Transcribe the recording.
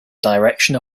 direction